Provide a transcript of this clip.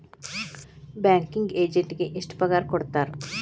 Banking ಎಜೆಂಟಿಗೆ ಎಷ್ಟ್ ಪಗಾರ್ ಕೊಡ್ತಾರ್?